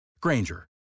Granger